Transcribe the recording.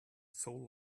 soul